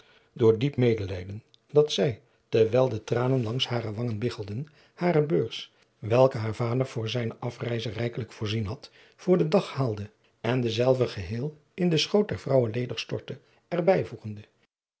door diep medelijden dat zij terwijl de tranen langs hare wangen biggelden hare beurs welke haar vader voor zijne asreize rijkelijk voorzien had voor den dag haalde en dezelve geheel in den schoot der vrouwe ledig stortte